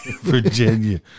Virginia